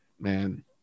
man